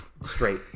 straight